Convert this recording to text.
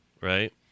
right